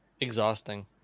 Exhausting